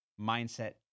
mindset